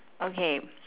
okay